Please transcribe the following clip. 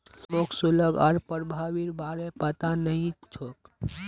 मोक शुल्क आर प्रभावीर बार पता नइ छोक